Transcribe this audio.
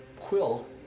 Quill